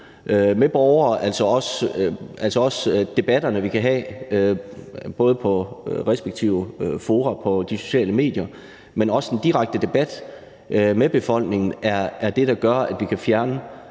med borgerne, altså også debatterne, vi kan have både i de respektive fora på de sociale medier, men også direkte med befolkningen, er det, der gør, at vi kan fjerne